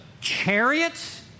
chariots